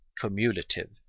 cumulative